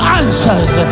answers